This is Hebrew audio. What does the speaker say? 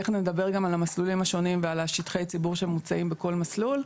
תכף נדבר גם על המסלולים השונים ועל שטחי הציבור שנמצאים בכל מסלול.